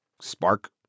spark